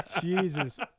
Jesus